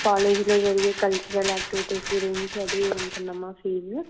కాలేజ్లో జరిగే cultural activities గురించి అది ఉంటుంది అమ్మ ఫీజు